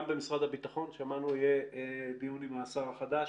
גם במשרד הביטחון שמענו שיהיה דיון עם שהר החדש,